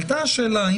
עלתה השאלה האם